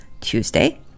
Tuesday